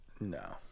No